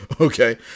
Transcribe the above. Okay